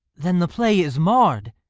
then the play is marr'd